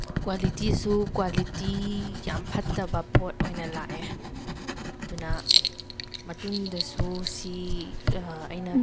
ꯀ꯭ꯋꯥꯂꯤꯇꯤꯁꯨ ꯀ꯭ꯋꯥꯂꯤꯇꯤ ꯌꯥꯝ ꯐꯠꯇꯕ ꯄꯣꯠ ꯑꯣꯏꯅ ꯂꯥꯛꯑꯦ ꯑꯗꯨꯅ ꯃꯇꯨꯡꯗꯁꯨ ꯁꯤ ꯑꯩꯅ